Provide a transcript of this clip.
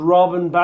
Robin